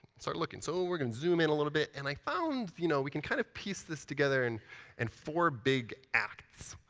start looking. so we're going to zoom in a little bit. and i found you know we can kind of piece this together in and four big acts.